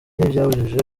ntibyabujije